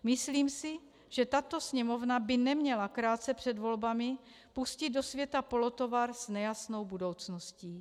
Myslím si, že tato Sněmovna by neměla krátce před volbami pustit do světa polotovar s nejasnou budoucností.